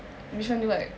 which do you like